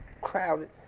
crowded